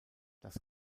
das